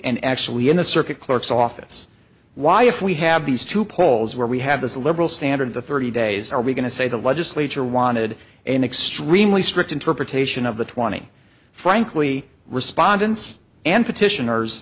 and actually in the circuit clerk's office why if we have these two polls well we have this liberal standard the thirty days are we going to say the legislature wanted an extremely strict interpretation of the twenty frankly respondents and petitioners